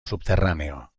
subterráneo